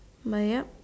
my ya